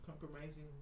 compromising